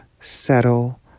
settle